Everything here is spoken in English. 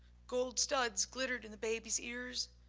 gold studs glittered in the baby's ears.